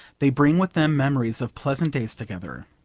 they bring with them memories of pleasant days together.